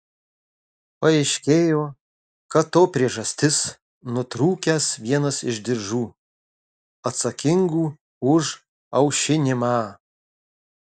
paaiškėjo kad to priežastis nutrūkęs vienas iš diržų atsakingų už aušinimą